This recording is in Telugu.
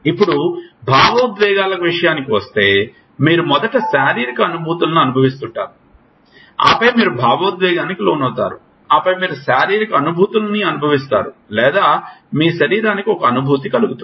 ఇప్పుడు భావోద్వేగాల విషయానికి వస్తే మీరు మొదట శారీరక అనుభూతులను అనుభవిస్తుంటారు ఆపై మీరు భావోద్వేగానికి లోనవుతారు ఆపై మీరు శారీరక అనుభూతులను అనుభవిస్తారు లేదా మీ శరీరానికి ఒక అనుభూతి కలుగుతుంది